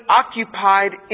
occupied